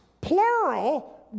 plural